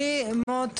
בבקשה.